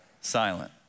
Silent